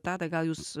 tadai gal jūs